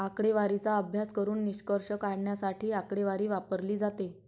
आकडेवारीचा अभ्यास करून निष्कर्ष काढण्यासाठी आकडेवारी वापरली जाते